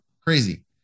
crazy